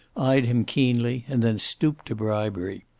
eyed him keenly, and then stooped to bribery.